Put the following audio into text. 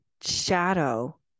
shadow